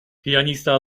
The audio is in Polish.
pianista